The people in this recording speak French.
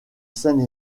seine